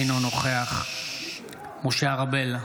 אינו נוכח משה ארבל,